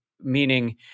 meaning